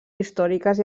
històriques